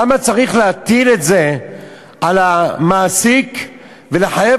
למה צריך להטיל את זה על המעסיק ולחייב